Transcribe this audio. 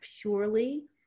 purely